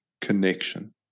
connection